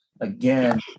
again